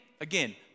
again